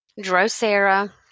Drosera